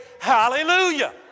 Hallelujah